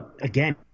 again